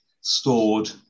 stored